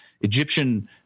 Egyptian